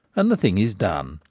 and the thing is done.